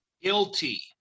Guilty